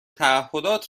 تعهدات